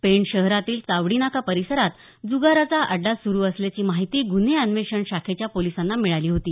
पेण शहरातील चावडीनाका परीसरात जुगाराचा अड्डा सुरू असल्याची माहिती गुन्हे अन्वेषण शाखेच्या पोलिसांना मिळाली होती